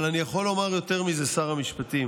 אבל אני יכול לומר יותר מזה, שר המשפטים: